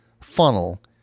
funnel